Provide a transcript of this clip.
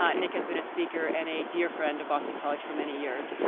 um nick has been a speaker and a dear friend of boston college for many years.